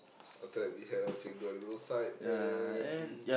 after that we had our chendol at the roadside and